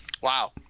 Wow